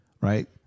right